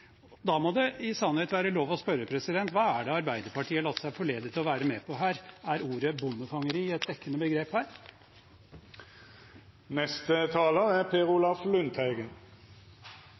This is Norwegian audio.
Da må det i sannhet være lov å spørre: Hva er det Arbeiderpartiet har latt seg forlede til å være med på her? Er ordet «bondefangeri» et dekkende begrep?